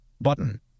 button